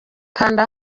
kanda